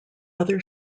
other